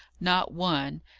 not one,